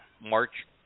march